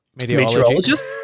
Meteorologist